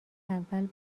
اول